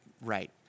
right